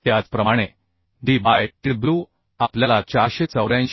त्याचप्रमाणे d by tw आपल्याला 484 by 9